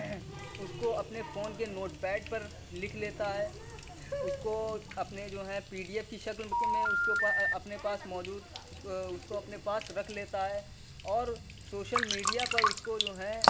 اس کو اپنے فون کے نوٹ پیڈ پر لکھ لیتا ہے اس کو اپنے جو ہے پی ڈی ایف کی شکل میں اس کو پر اپنے پاس موجود اس کو اس کو اپنے پاس رکھ لیتا ہے اور سوشل میڈیا پر اس کو جو ہے